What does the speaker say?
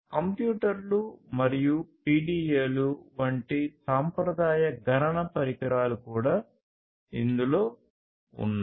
కంప్యూటర్లు మరియు పిడిఎలు వంటి సాంప్రదాయ గణన పరికరాలు కూడా ఇందులో ఉన్నాయి